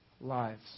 lives